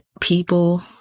people